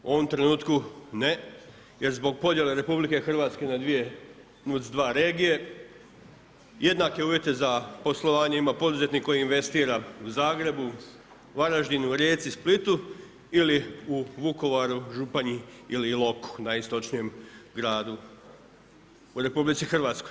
U ovom trenutku ne, jer zbog podjele RH, na dvije, nuc dva regije, jednake uvjete za poslovanje ima poduzetnik koji investira u Zagrebu, Varaždinu, Rijeci, Splitu ili u Vukovaru, Županji ili Iloku, najistočnijem gradu u RH.